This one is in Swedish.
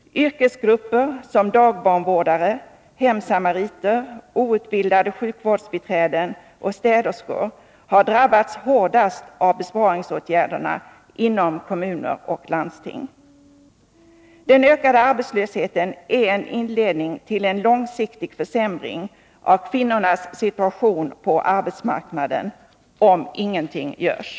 Yrkesgrupper som dagbarnvårdare, hemsamariter, outbildade sjukvårdsbiträden och städerskor har drabbats hårdast av besparingsåtgärderna inom kommuner och landsting. Den ökade arbetslös nadssituationen heten är en inledning till en långsiktig försämring av kvinnornas situation på —; Stockholmsarbetsmarknaden — om ingenting görs.